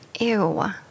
Ew